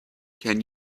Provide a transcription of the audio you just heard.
can